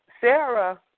Sarah